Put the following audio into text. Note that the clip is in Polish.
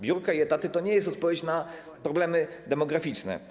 Biurka i etaty to nie jest odpowiedź na problemy demograficzne.